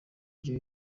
ibyo